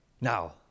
Now